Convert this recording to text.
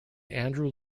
andrew